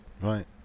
Right